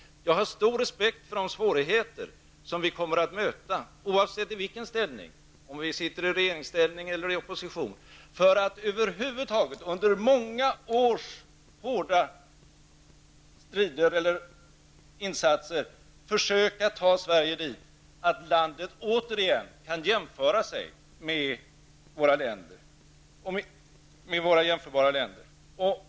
Jag har stor respekt för de svårigheter som vi kommer att möta, oavsett om vi sitter i regeringsställning eller i opposition, för att över huvud taget under många års hårda insatser försöka få Sverige dithän att landet återigen kan mäta sig med jämförbara länder.